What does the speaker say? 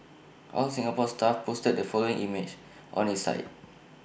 All Singapore Stuff posted the following image on its site